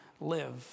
live